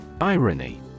Irony